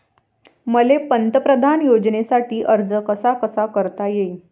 मले पंतप्रधान योजनेसाठी अर्ज कसा कसा करता येईन?